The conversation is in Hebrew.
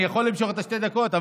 אני יכול למשוך את שתי הדקות,